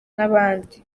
n’abandi